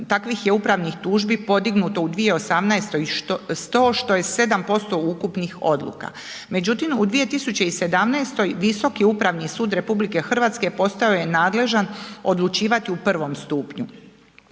takvih je upravnih tužbi podignuto u 2018. i 100, što je 7% ukupnih odluka. Međutim, u 2017. Visoki upravni sud RH postao je nadležan odlučivati u prvom stupnju.